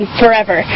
forever